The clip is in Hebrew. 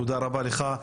תודה רבה לך.